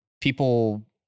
people